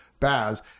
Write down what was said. Baz